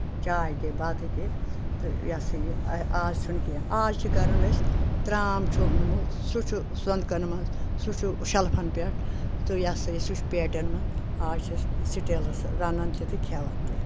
چاے تہِ بَتہٕ تہِ تہٕ یہِ ہَسا یہِ آز چھُنہٕ کینٛہہ آز چھِ کَران أسۍ ترٛام چھُ اوٚنمُت سُہ چھُ سۄنٛدکَن منٛز سُہ چھُ شَلفَن پؠٹھ تہٕ یہِ ہسا یہِ سُہ چھُ پیٹھ منٛز آز چھِ أسۍ سِٹیلَس رَنان تہِ تہٕ کھؠوان تہِ